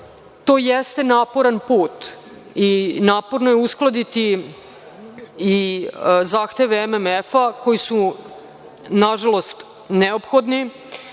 To jeste naporan put i naporno je uskladiti i zahteve MMF koji su nažalost neophodni